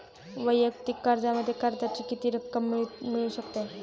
वैयक्तिक कर्जामध्ये कर्जाची किती रक्कम मिळू शकते?